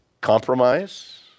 compromise